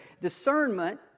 Discernment